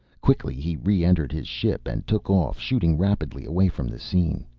quickly he re-entered his ship and took off, shooting rapidly away from the scene.